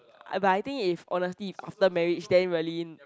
I but I think if honestly if after marriage then really